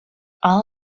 all